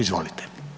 Izvolite.